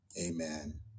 amen